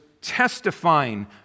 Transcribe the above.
testifying